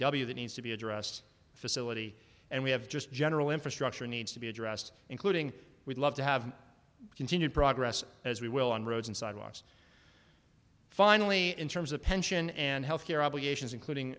w that needs to be addressed facility and we have just general infrastructure needs to be addressed including we'd love to have continued progress as we will on roads and sidewalks finally in terms of pension and health care obligations including